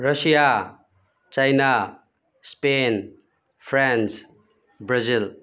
Russia China Spain France Brazil